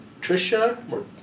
Trisha